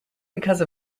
because